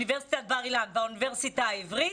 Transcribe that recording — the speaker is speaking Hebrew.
אוניברסיטת בר-אילן והאוניברסיטה העברית,